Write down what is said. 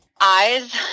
eyes